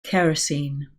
kerosene